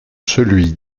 celui